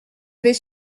vais